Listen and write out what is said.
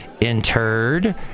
Interred